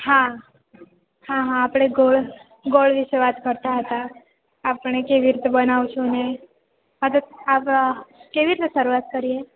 હાં હાં હાં આપણે ગોળ ગોળ વિશે વાત કરતાં હતા આપણે કેવી રીતે બનાવશુને એ આજે આપ કેવી રીતે શરૂઆત કરીએ